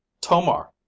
Tomar